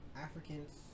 Africans